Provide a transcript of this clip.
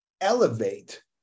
elevate